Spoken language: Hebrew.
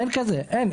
אין כזה, אין.